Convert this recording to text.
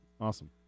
Awesome